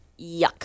Yuck